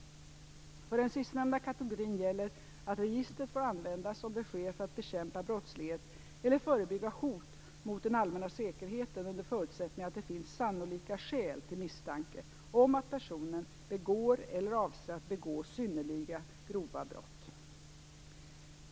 För den sistnämnda kategorin gäller att registret får användas om det sker för att bekämpa brottslighet eller förebygga hot mot den allmänna säkerheten under förutsättning att det finns sannolika skäl till misstanke om att personen begår eller avser att begå synnerligen grova brott.